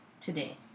today